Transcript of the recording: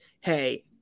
Hey